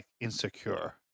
insecure